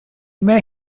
may